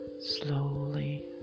slowly